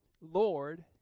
Lord